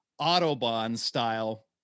Autobahn-style